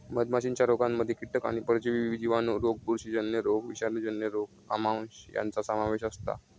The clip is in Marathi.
मधमाशीच्या रोगांमध्ये कीटक आणि परजीवी जिवाणू रोग बुरशीजन्य रोग विषाणूजन्य रोग आमांश यांचो समावेश असता